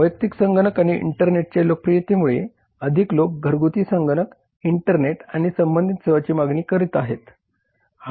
वैयक्तिक संगणक आणि इंटरनेटच्या लोकप्रियतेमुळे अधिक लोक घरगुती संगणक इंटरनेट आणि संबंधित सेवांची मागणी करत आहेत